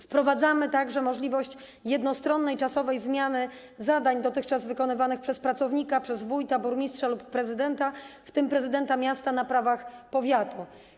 Wprowadzamy także możliwość jednostronnej czasowej zmiany zadań dotychczas wykonywanych przez pracownika dokonywanej przez wójta, burmistrza lub prezydenta, w tym prezydenta miasta na prawach powiatu.